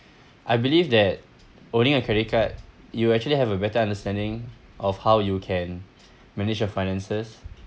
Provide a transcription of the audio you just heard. I believe that owning a credit card you will actually have a better understanding of how you can manage your finances